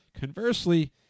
Conversely